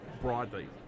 broadly